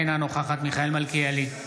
אינה נוכחת מיכאל מלכיאלי,